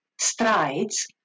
strides